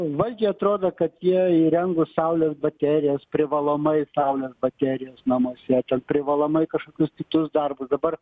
valdžiai atrodo kad jie įrengus saulės baterijas privalomai saulės baterija namuose ten privalomai kažkokius kitus darbus dabar